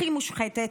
הכי מושחתת,